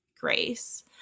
grace